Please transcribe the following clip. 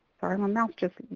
sorry, my mouse just